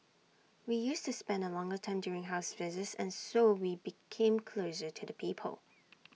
we used to spend A longer time during house visits and so we became closest to the people